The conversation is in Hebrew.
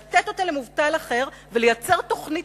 לתת אותה למובטל אחר ולייצר תוכנית